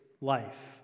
life